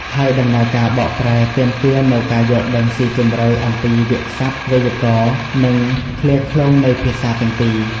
ហើយដំណើរការបកប្រែទាមទារនូវការយល់ដឹងស៊ីជម្រៅអំពីវាក្យសព្ទ វេយ្យាករណ៍ និងឃ្លាឃ្លោងនៃភាសាទាំងពីរ។